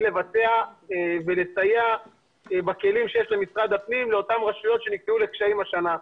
לבצע ולסייע בכלים שיש למשרד הפנים לאותן רשויות שנקלעו השנה לקשיים,